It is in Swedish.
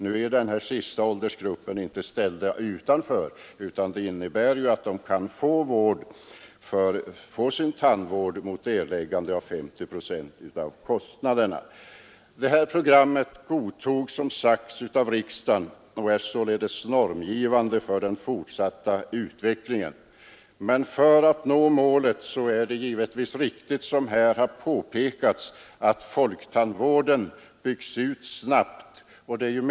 Men den sistnämnda gruppen blir inte ställd utanför, utan de ungdomarna kan få sin tandvård mot erläggande av 50 procent av kostnaderna. Detta av riksdagen godtagna program är således normgivande för den fortsatta utvecklingen, och för att nå det målet är det viktigt att folktandvården byggs ut snabbt. Den saken har redan påpekats här.